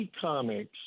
Comics